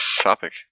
topic